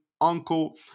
uncle